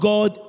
God